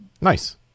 Nice